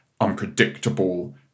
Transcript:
unpredictable